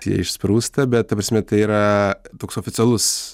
jie išsprūsta bet ta prasme tai yra toks oficialus